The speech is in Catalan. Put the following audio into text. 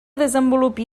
desenvolupi